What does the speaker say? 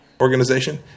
Organization